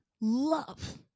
love